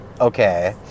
okay